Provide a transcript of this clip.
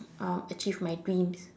um achieve my dreams